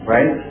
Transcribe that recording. Right